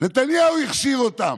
נתניהו הכשיר אותם.